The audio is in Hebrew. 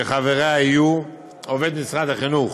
שחבריה יהיו, (1) עובד משרד החינוך